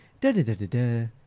da-da-da-da-da